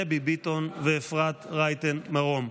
דבי ביטון ואפרת רייטן מרום.